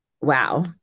Wow